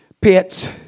Pits